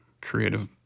creative